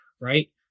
right